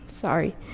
Sorry